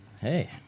Hey